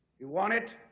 you won it